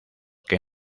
que